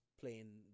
playing